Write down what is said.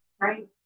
right